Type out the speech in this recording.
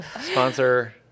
Sponsor